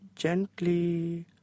Gently